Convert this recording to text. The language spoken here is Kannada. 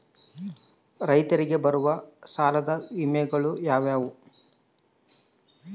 ರೈತರಿಗೆ ಬರುವ ಸಾಲದ ವಿಮೆಗಳು ಯಾವುವು?